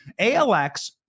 ALX